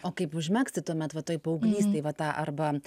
o kaip užmegzti tuomet va toj paauglystėj va tą arba